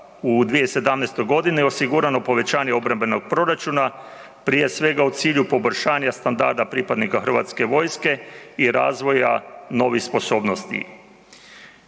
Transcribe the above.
u 2017.-oj godini osigurano povećanje obrambenog proračuna, prije svega u cilju poboljšanja standarda pripadnika Hrvatske vojske i razvoja novih sposobnosti.